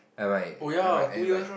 I might I might I might